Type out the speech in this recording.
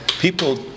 people